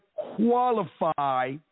qualify